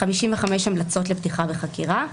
55 המלצות לפתיחה בחקירה.